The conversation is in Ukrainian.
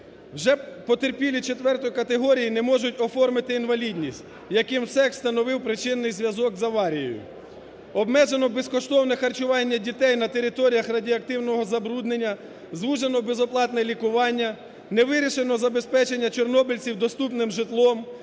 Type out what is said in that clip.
Вже потерпілі IV категорії не можуть оформити інвалідність, яким МСЕК встановив причинний зв'язок з аварією. Обмежено безкоштовне харчування дітей на територіях радіоактивного забруднення, звужено безоплатне лікування, не вирішено забезпечення чорнобильців доступним житлом,